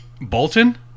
Bolton